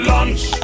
Lunch